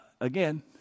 Again